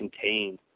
contained